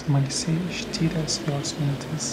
smalsiai ištyręs jos mintis